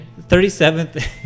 37th